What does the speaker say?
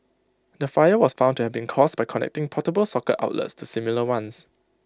the fire was found to have been caused by connecting portable socket outlets to similar ones